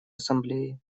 ассамблеи